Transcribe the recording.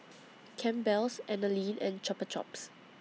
Campbell's Anlene and Chupa Chups